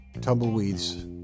tumbleweeds